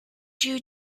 you